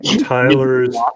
Tyler's